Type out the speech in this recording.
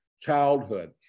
childhood